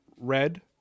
red